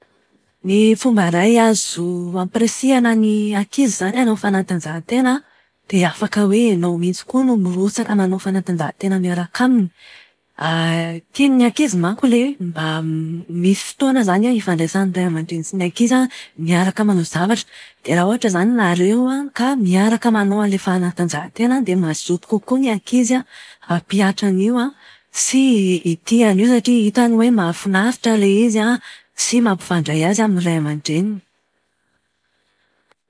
Ny fomba iray azo ampirisihana ny ankizy izany hanao fanatanjahan-tena, dia afaka hoe ianao mihitsy koa no mirotsaka manao fanatanjahan-tena miaraka aminy. Tian'ny ankizy manko ilay hoe mba misy fotoana izany an ifandraisan'ny ray aman-dreny sy ny ankizy an, miaraka manao zavatra. Dia raha ohatra izany nareo an ka miaraka manao an'ilay fanatanjahan-tena, dia mazoto kokoa ny nakizy an hampihatra an'io an, sy hitia an'io satria hitany hoe mahafinaritra ilay izy an, sady mampifandray azy amin'ny ray aman-dreniny.